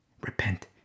Repent